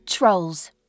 Trolls